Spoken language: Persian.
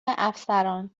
افسران